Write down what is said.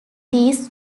these